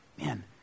man